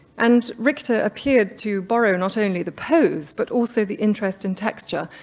and richter appeared to borrow, not only the pose, but also the interest in texture,